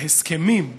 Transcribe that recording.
להסכמים,